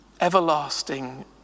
Everlasting